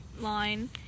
line